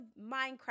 Minecraft